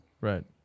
Right